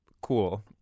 cool